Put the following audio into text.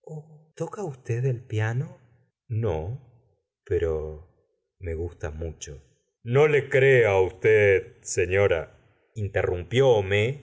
usted el piano no pero me gusta mucho no lo crea usted senora interrumpió homais